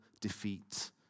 defeat